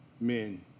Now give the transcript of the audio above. men